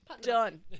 done